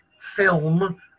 film